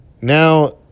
Now